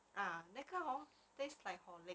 ah 那个 hor taste like horlick